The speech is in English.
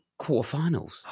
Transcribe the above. quarterfinals